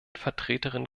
vertreterin